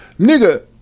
nigga